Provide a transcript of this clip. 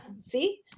see